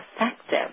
effective